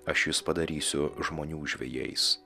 aš jus padarysiu žmonių žvejais